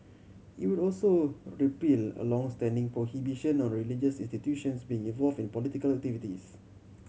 it would also repeal a long standing prohibition on religious institutions being involve in political activities